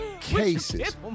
Cases